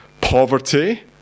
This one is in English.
poverty